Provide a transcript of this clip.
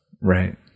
Right